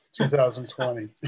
2020